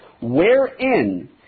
wherein